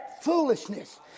foolishness